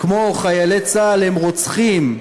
כמו "חיילי צה"ל הם רוצחים",